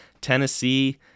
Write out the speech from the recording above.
Tennessee